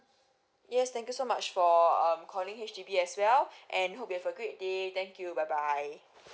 yes thank you so much for um calling H_D_B as well and hope you have a great day thank you bye bye